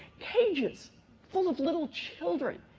cages full of little children.